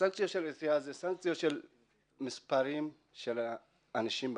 הסנקציות נגד אריתריאה זה סנקציות של מספר אנשים בממשלה.